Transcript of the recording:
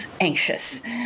anxious